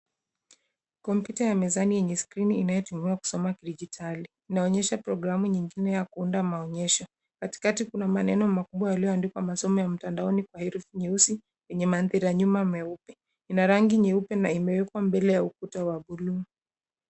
Kompyuta ya mezani yenye skrini inayotumiwa kusoma kidijitali. Inaonyesha programu nyingine ya kuunda maonyesho. Katikati kuna maneno makubwa yaliyoandikwa masomo ya mtandaoni kwa herufi kwa mandhari nyuma nyeupe. Ina rangi nyeupe na imewekwa mbele ya ukuta wa buluu.